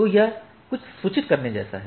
तो यह कुछ सूचित करने जैसा है